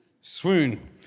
Swoon